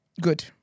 good